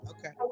Okay